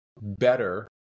better